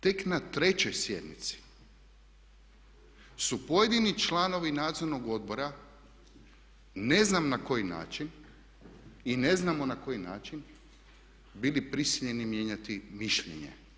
Tek na trećoj sjednici su pojedini članovi Nadzornog odbora ne znam na koji način i ne znamo na koji način bili prisiljeni mijenjati mišljenje.